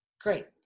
great